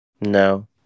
No